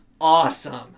Awesome